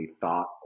thought